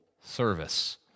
service